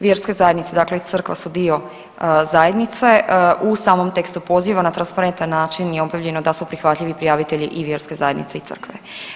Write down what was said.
Vjerske zajednice dakle i crkva su dio zajednice u samom tekstu poziva na transparentan način je objavljeno da su prihvatljivi prijavitelji i vjerske zajednice i crkve.